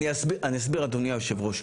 אני אסביר, אדוני יושב הראש.